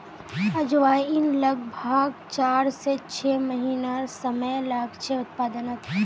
अजवाईन लग्ब्भाग चार से छः महिनार समय लागछे उत्पादनोत